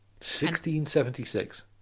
1676